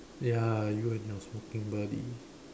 ya you and your smoking buddy